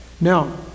Now